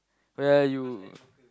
oh ya you